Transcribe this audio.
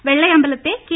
വെള്ളയമ്പലത്തെ K